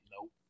Nope